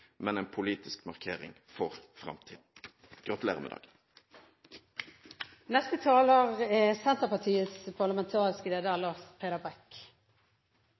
men en politisk markering for framtiden. Gratulerer med